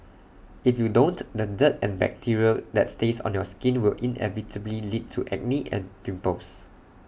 if you don't the dirt and bacteria that stays on your skin will inevitably lead to acne and pimples